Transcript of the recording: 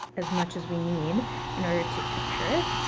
as much as we need in order to capture it.